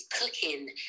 cooking